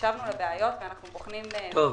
הקשבנו לבעיות ואנחנו בוחנים פתרונות.